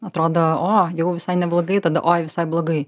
atrodo o jau visai neblogai tada oi visai blogai